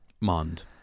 Mond